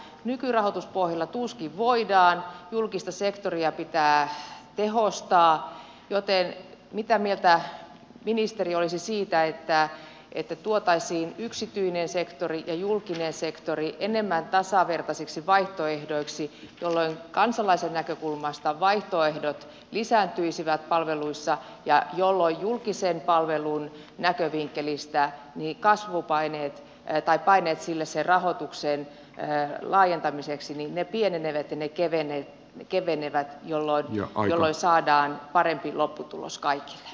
nykyrahoituspohjalla tuskin voidaan julkista sektoria pitää tehostaa joten mitä mieltä ministeri olisi siitä että tuotaisiin yksityinen sektori ja julkinen sektori enemmän tasavertaisiksi vaihtoehdoiksi jolloin kansalaisen näkökulmasta vaihtoehdot lisääntyisivät palveluissa ja jolloin julkisen palvelun näkövinkkelistä paineet sen rahoituksen laajentamiseksi pienenevät ja kevenevät jolloin saadaan parempi lopputulos kaikille